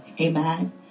Amen